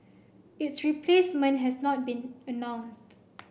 its replacement has not been announced